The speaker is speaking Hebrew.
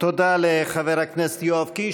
תודה לחבר הכנסת יואב קיש.